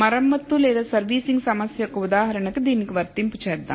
మరమ్మత్తు లేదా సర్వీసింగ్ సమస్య యొక్క ఉదాహరణకి దీనిని వర్తింపజేద్దాం